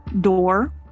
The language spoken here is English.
door